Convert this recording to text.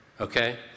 Okay